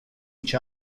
each